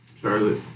Charlotte